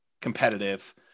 competitive